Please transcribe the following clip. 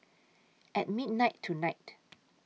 At midnight tonight